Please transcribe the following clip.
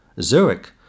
Zurich